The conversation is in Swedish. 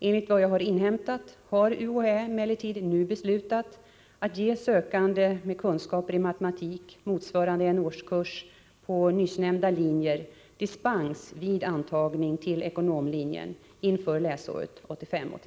Enligt vad jag har inhämtat har UHÄ emellertid nu beslutat att ge sökande med kunskaper i matematik motsvarande en årskurs på nyssnämnda linjer dispens vid antagning till ekonomlinjen inför läsåret 1985/86.